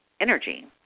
energy